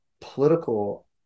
political